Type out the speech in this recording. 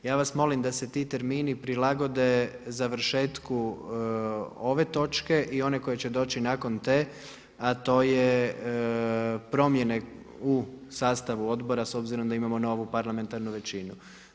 Ja vas molim da se ti termini prilagode završetku ove točke i one koja će doći nakon te, a to je promjene u sastavu odbora, s obzirom da imamo novu parlamentarnu većinu.